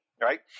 right